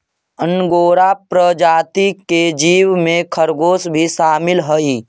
angora प्रजाति के जीव में खरगोश भी शामिल हई